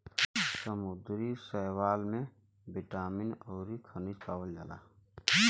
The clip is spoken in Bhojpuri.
समुंदरी शैवाल में बिटामिन अउरी खनिज पावल जाला